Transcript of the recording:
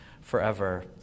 forever